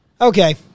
Okay